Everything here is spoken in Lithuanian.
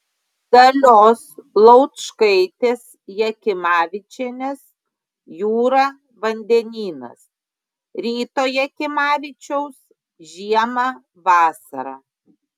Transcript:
dalios laučkaitės jakimavičienės jūra vandenynas ryto jakimavičiaus žiemą vasarą